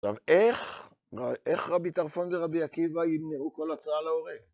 עכשיו, איך רבי טרפון ורבי עקיבא ימנעו כל הצעה להורג?